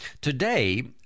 today